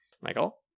Michael